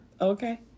Okay